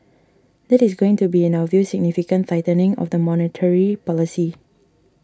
that is going to be in our view significant tightening of the monetary policy